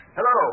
Hello